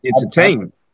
entertainment